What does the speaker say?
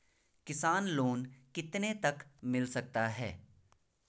किसान लोंन कितने तक मिल सकता है?